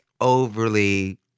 overly